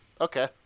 Okay